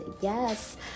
yes